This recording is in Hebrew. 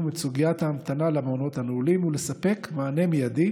את סוגיית ההמתנה למעונות הנעולים ולספק מענה מיידי